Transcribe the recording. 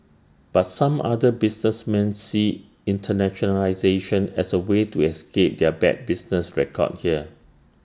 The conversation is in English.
but some other businessmen see internationalisation as A way to escape their bad business record here